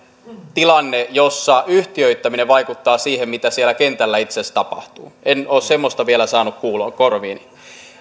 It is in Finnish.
tilanne jossa yhtiöittäminen vaikuttaa siihen mitä siellä kentällä itse asiassa tapahtuu en ole semmoista vielä saanut korviini